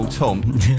Tom